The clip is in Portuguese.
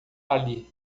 ali